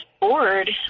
bored